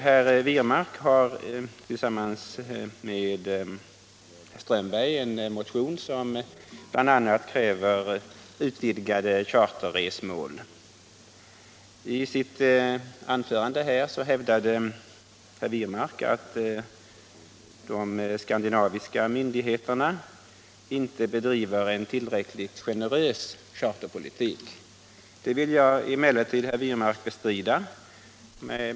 Herr Wirmark har tillsammans med herr Strömberg i Botkyrka väckt en motion, där man bl.a. kräver utvidgade charterresmål. I sitt anförande hävdade herr Wirmark att de skandinaviska myndigheterna inte bedriver en tillräckligt generös charterpolitik. Det vill jag emellertid, herr Wirmark, bestrida.